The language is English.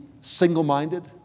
single-minded